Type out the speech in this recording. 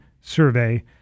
survey